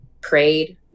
prayed